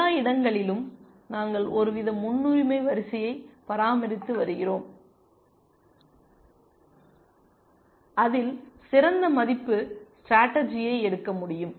எல்லா இடங்களிலும் நாங்கள் ஒருவித முன்னுரிமை வரிசையை பராமரித்து வருகிறோம் அதில் சிறந்த மதிப்பு ஸ்டேடர்ஜியை எடுக்க முடியும்